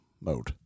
mode